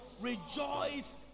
rejoice